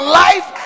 life